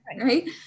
right